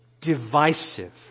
divisive